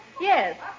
Yes